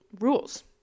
rules